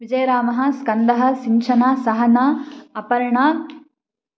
विजयरामः स्कन्दः सिञ्छना सहना अपर्णा